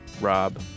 rob